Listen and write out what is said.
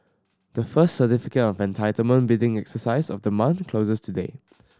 the first Certificate of Entitlement bidding exercise of the month closes today